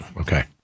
Okay